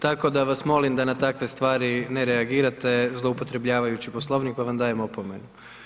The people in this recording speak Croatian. Tako da vas molim, da na takve stvari ne reagirate, zloupotrebljavajući poslovnik, pa vam dajem opomenu.